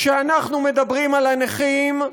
כשאנחנו מדברים על הנכים,